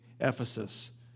Ephesus